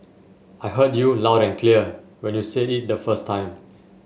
I heard you loud and clear when you said it the first time